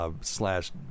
slash